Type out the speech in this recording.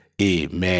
Amen